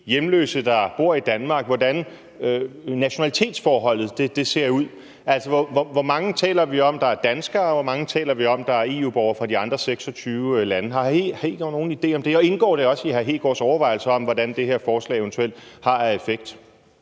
for de hjemløse, der bor i Danmark. Hvor mange taler vi om, der er danskere, og hvor mange taler vi om, der er EU-borgere fra de andre 26 lande? Har hr. Kristian Hegaard nogen idé om det, og indgår det også i hr. Kristian Hegaards overvejelser om, hvad det her forslag eventuelt har af effekt?